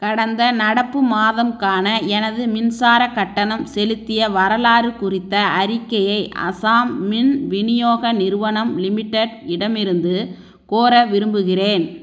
கடந்த நடப்பு மாதம் க்கான எனது மின்சாரக் கட்டணம் செலுத்திய வரலாறு குறித்த அறிக்கையை அசாம் மின் விநியோக நிறுவனம் லிமிடெட் இடமிருந்து கோர விரும்புகிறேன்